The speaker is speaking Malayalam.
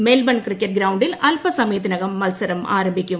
മെൽബൺ ക്രിക്കറ്റ് ഗ്രൌണ്ടിൽ അൽപസമയത്തിനകം മത്സർം ആരംഭിക്കും